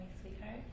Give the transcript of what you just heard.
Sweetheart